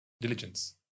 Diligence